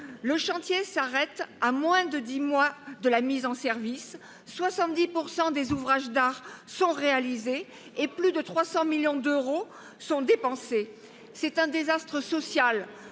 Le chantier s’arrête à moins de dix mois de la mise en service : 70 % des ouvrages d’art sont réalisés et plus de 300 millions d’euros ont été dépensés ! C’est un désastre social